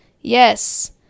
Yes